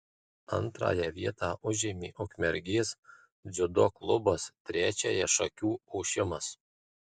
antrąją vietą užėmė ukmergės dziudo klubas trečiąją šakių ošimas